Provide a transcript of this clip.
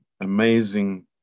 amazing